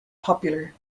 popular